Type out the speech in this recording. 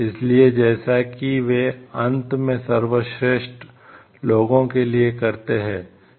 इसलिए जैसा कि वे अंत में सर्वश्रेष्ठ लोगों के लिए करते हैं